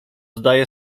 zdaje